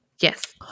Yes